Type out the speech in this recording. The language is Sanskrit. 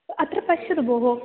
अत्र पश्यतु भोः